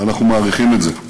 ואנחנו מעריכים את זה.